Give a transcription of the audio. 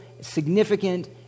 significant